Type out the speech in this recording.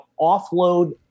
offload